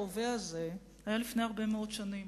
ההווה הזה היה לפני הרבה מאוד שנים.